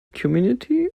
community